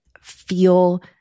feel